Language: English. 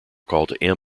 called